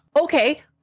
Okay